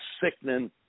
sickening